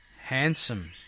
Handsome